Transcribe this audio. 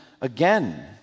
again